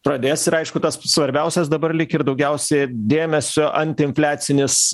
pradės ir aišku tas svarbiausias dabar lyg ir daugiausia dėmesio antiinfliacinis